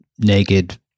Naked